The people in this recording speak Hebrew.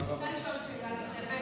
אני רוצה לשאול שאלה נוספת.